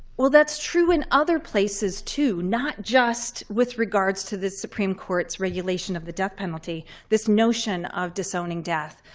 well, that's true in other places, too, not just with regards to the supreme court's regulation of the death penalty. this notion of disowning death.